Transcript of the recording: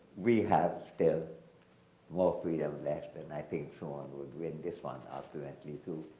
we have still more freedom left. but and i think sean would win this one ultimately too.